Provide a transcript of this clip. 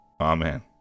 Amen